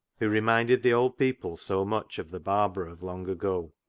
who reminded the old people so much of the barbara of long ago.